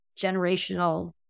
generational